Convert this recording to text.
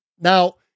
Now